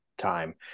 time